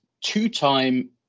two-time